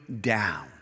down